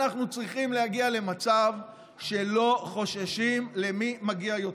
אנחנו צריכים להגיע למצב שלא חוששים למי מגיע יותר.